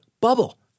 bubble